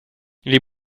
les